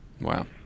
Wow